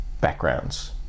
backgrounds